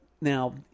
Now